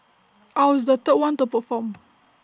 I was the third one to perform